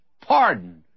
Pardon